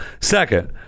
Second